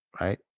right